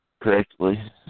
correctly